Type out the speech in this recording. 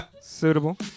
Suitable